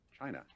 China